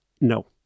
No